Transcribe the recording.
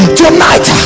tonight